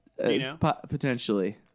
Potentially